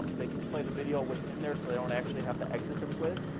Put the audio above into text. and they can play the video within there, so they don't actually have to exit the quiz,